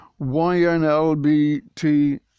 ynlbt